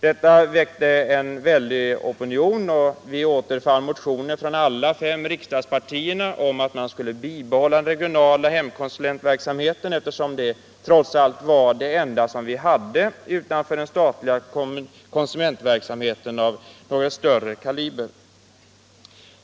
Detta väckte en väldig opinion och vi återfann motioner från alla fem riksdagspartierna om att man skulle bibehålla den regionala hemkonsulentverksamheten eftersom den trots allt var det enda vi hade av någon större kaliber utanför den centrala konsumentverksamheten.